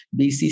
BC